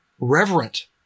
reverent